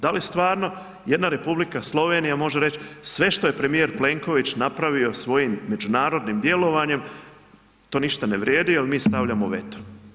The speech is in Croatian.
Da li stvarno jedna Republika Slovenija može reći, sve što je premijer Plenković napravio svojim međunarodnim djelovanjem, to ništa ne vrijedi jer mi stavljamo veto.